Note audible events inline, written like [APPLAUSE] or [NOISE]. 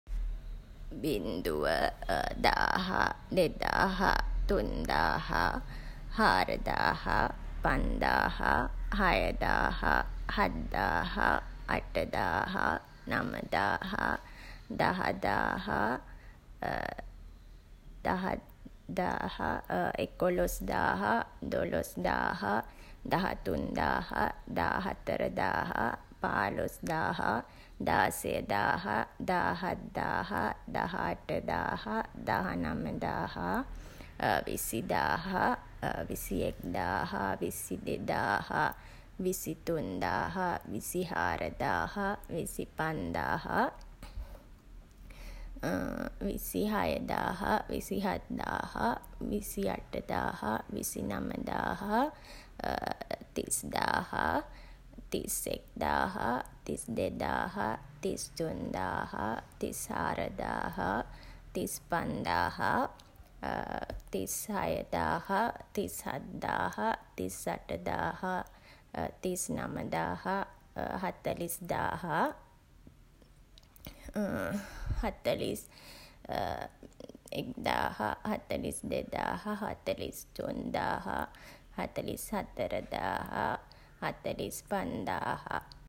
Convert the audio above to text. බිංදුව, [HESITATION] දාහ, දෙදාහ, තුන්දාහ, හාරදාහ, පන්දාහ, හයදාහ, හත්දාහ, අටදාහ, නමදාහ, දහ දාහ, දහ දාහ [HESITATION] එකොළොස් දාහ, දොළොස් දාහ, දහතුන් දාහ, දහහතර දාහ, පාළොස් දාහ, දාසය දාහ, දාහත් දාහ, දහඅට දාහ, දහනම දාහ, විසි දාහ, විසි එක් දාහ, විසි දෙදාහ, විසි තුන් දාහ, විසි හාර දාහ, විසි පන් දාහ, [HESITATION] විසි හය දාහ, විසි අට දාහ, විසි නම දාහ, [HESITATION] තිස් දාහ, තිස් එක් දාහ, තිස් දෙදාහ, තිස් තුන් දාහ, තිස් හාර දාහ, තිස් පන් දාහ, [HESITATION] තිස් හය දාහ, තිස් හත් දාහ, තිස් අට දාහ, [HESITATION] තිස් නම දාහ, හතළිස් දාහ, [HESITATION] හතළිස් එක්දාහ, හතළිස් දෙදාහ, හතළිස් තුන්දාහ, හතළිස් හතර දාහ, හතළිස් පන් දාහ.